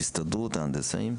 הסתדרות ההנדסיים,